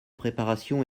préparation